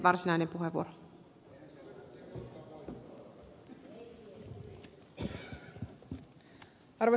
arvoisa rouva puhemies